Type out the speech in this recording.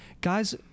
Guys